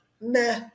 Nah